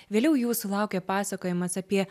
vėliau jūsų laukia pasakojimas apie